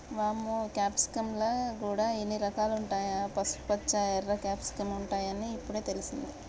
వామ్మో క్యాప్సికమ్ ల గూడా ఇన్ని రకాలుంటాయా, పసుపుపచ్చ, ఎర్ర క్యాప్సికమ్ ఉంటాయని ఇప్పుడే తెలిసింది